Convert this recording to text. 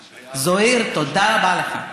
זוהיר, תודה רבה לך.